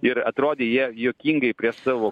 ir atrodė jie juokingai prie savo